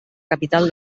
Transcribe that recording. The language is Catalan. capital